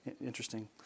Interesting